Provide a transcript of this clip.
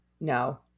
No